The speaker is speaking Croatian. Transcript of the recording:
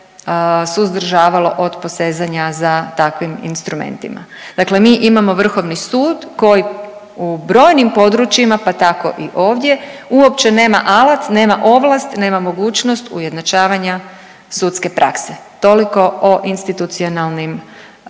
suzdržavalo od posezanja za takvim instrumentima. Dakle mi imamo vrhovni sud koji u brojnim područjima, pa tako i ovdje uopće nema alat, nema ovlast, nema mogućnost ujednačavanja sudske prakse, toliko o institucionalnim